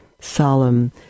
solemn